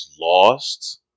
lost